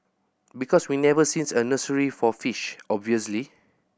because we've never seen a nursery for fish obviously